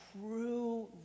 true